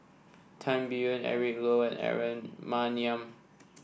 Tan Biyun Eric Low and Aaron Maniam